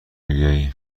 بیایی